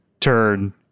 turn